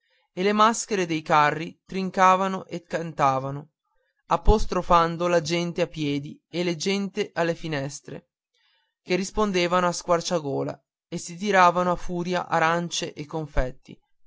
e le maschere dei carri trincavano e cantavano apostrofando la gente a piedi e la gente alle finestre che rispondevano a squarciagola e si tiravano a furia arancie e confetti